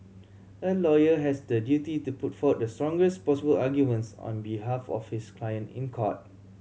a lawyer has the duty to put forward the strongest possible arguments on behalf of his client in court